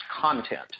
content